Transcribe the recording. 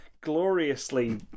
gloriously